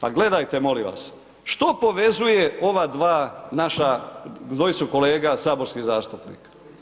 Pa gledajte molim vas, što povezuje ova dva naša, dvojicu kolega saborskih zastupnika?